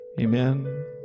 Amen